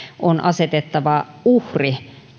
on asetettava uhri